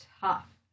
tough